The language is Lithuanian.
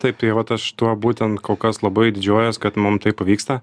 taip tai vat aš tuo būtent kol kas labai didžiuojuos kad mum tai pavyksta